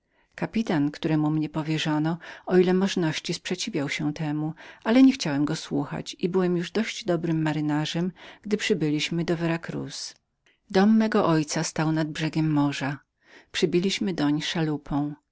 kapitan któremu mnie powierzono o ile możności sprzeciwiał się temu ale nie chciałem go słuchać i byłem już dość dobrym majtkiem gdy przybyliśmy do vera cruz dom mego ojca leżał nad brzegiem morza przybiliśmy doń szalupę